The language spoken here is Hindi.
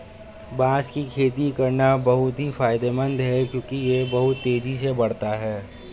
बांस की खेती करना बहुत ही फायदेमंद है क्योंकि यह बहुत तेजी से बढ़ता है